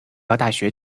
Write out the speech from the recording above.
大学